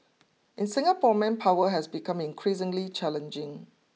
in Singapore manpower has become increasingly challenging